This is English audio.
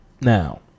Now